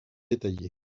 détaillée